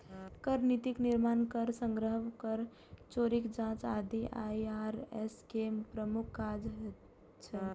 कर नीतिक निर्माण, कर संग्रह, कर चोरीक जांच आदि आई.आर.एस के प्रमुख काज होइ छै